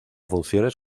funciones